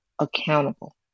accountable